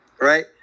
right